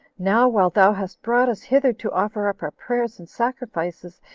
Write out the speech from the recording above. now while thou hast brought us hither to offer up our prayers and sacrifices,